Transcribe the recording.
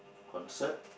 concert